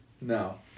No